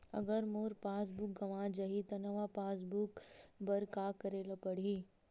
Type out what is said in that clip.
अगर मोर पास बुक गवां जाहि त नवा पास बुक बर का करे ल पड़हि?